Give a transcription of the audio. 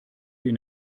den